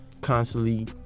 constantly